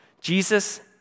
Jesus